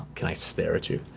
can i stare at you?